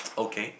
okay